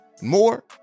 More